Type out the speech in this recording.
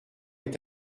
est